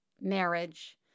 marriage